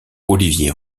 olivier